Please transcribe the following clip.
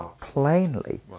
plainly